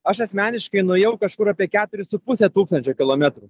aš asmeniškai nuėjau kažkur apie keturis su puse tūkstančio kilometrų